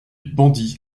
bandits